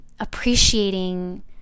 appreciating